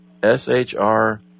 SHR